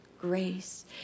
grace